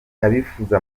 abifuza